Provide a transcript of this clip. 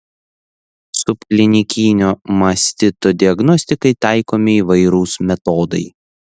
subklinikinio mastito diagnostikai taikomi įvairūs metodai